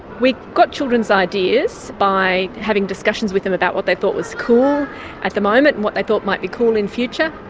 we got children's ideas by having discussions with them about what they thought was cool at the moment and what they thought might be cool in the future.